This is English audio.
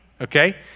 Okay